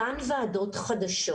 אותן ועדות חדשות,